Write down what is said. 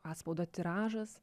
atspaudo tiražas